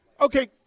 Okay